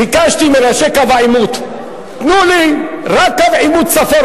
ביקשתי מראשי קו העימות: תנו לי רק קו עימות צפון,